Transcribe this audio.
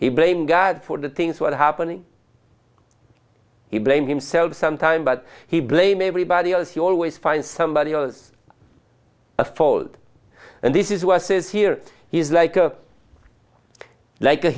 he blame god for the things were happening he blamed himself sometimes but he blame everybody else you always find somebody else a fault and this is why says here is like a like a